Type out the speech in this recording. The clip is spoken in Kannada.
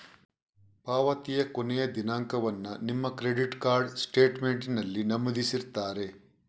ಪಾವತಿಯ ಕೊನೆಯ ದಿನಾಂಕವನ್ನ ನಿಮ್ಮ ಕ್ರೆಡಿಟ್ ಕಾರ್ಡ್ ಸ್ಟೇಟ್ಮೆಂಟಿನಲ್ಲಿ ನಮೂದಿಸಿರ್ತಾರೆ